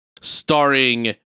starring